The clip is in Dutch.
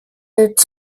het